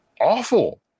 awful